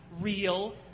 real